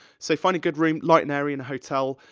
so, find a good room, light and airy, in a hotel,